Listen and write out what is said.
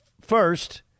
First